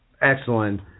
Excellent